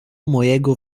mojego